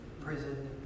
prison